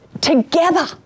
together